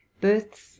Births